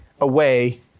away